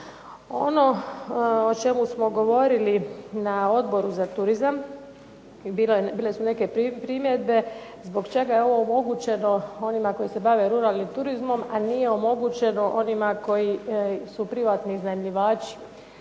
Ono o čemu smo govorili na Odboru za turizam bile su neke primjedbe zbog čega je ovo omogućeno onima koji se bave ruralnim turizmom, a nije omogućeno onima koji su privatni iznajmljivači.